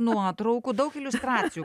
nuotraukų daug iliustracijų